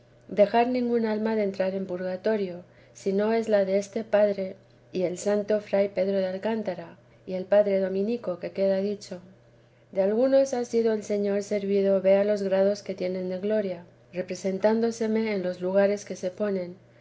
dejar ningún alma de entrar en purgatorio sino es la deste padre y el santo fray pedro de alcántara y el padre dominico que queda dicho de algunos ha sido el señor servido que vea los grados que tienen de gloria representándoseme en los lugares que se ponen